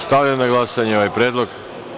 Stavljam na glasanje ovaj predlog.